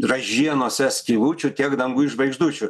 ražienose skylučių tiek danguj žvaigždučių